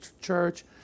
church